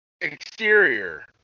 Exterior